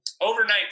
Overnight